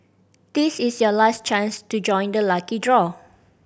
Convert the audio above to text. this is your last chance to join the lucky draw